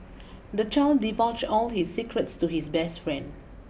the child divulged all his secrets to his best friend